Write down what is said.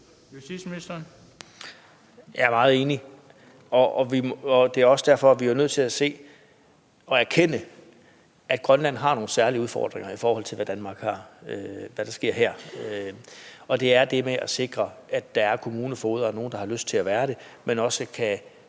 Jeg er meget enig. Det er derfor, vi er nødt til at se og erkende, at Grønland har nogle særlige udfordringer, i forhold til hvad der sker her i Danmark. Og det er det med at sikre, at der er kommunefogeder, og at der er nogen, der har lyst til at være det, så man også kan